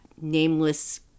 nameless